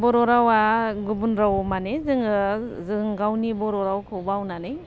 बर' रावा गुबुन राव माने जोङो जों गावनि बर' रावखौ बावनानै